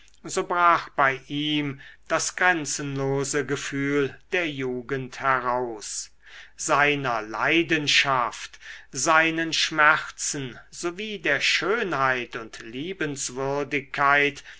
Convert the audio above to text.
so brach bei ihm das grenzenlose gefühl der jugend heraus seiner leidenschaft seinen schmerzen sowie der schönheit und liebenswürdigkeit